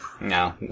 No